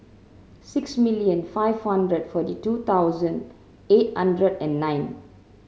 six million five hundred forty two thousand eight hundred and nine